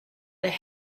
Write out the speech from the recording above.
the